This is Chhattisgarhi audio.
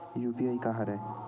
यू.पी.आई का हरय?